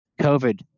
COVID